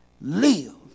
live